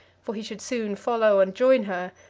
for he should soon follow and join her,